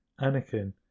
Anakin